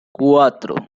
cuatro